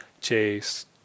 chase